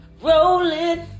rolling